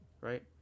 right